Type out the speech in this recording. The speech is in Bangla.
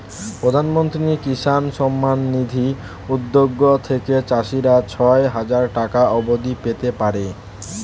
প্রধানমন্ত্রী কিষান সম্মান নিধি উদ্যোগ থেকে চাষিরা ছয় হাজার টাকা অবধি পেতে পারে